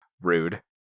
Rude